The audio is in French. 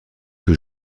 que